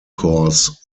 course